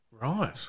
Right